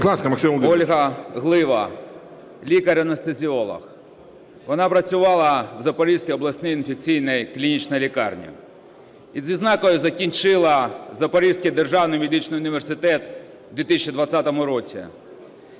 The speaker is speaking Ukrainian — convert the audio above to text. Ольга Глива, лікар-анестезіолог. Вона працювала в Запорізькій обласній інфекційній клінічній лікарні. Із відзнакою закінчила Запорізький державний медичний університет у 2020 році,